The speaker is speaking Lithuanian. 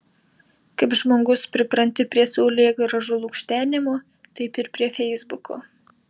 kaip žmogus pripranti prie saulėgrąžų lukštenimo taip ir prie feisbuko